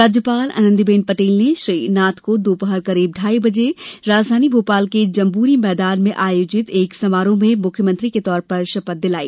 राज्यपाल आनंदीबेन पटेल ने श्री नाथ को दोपहर करीब ढाई बजे राजधानी भोपाल के जंबूरी मैदान में आयोजित एक भव्य समारोह में मुख्यमंत्री के तौर पर शपथ दिलाई